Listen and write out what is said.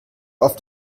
auf